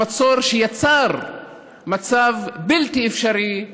המצור שיצר מצב בלתי אפשרי,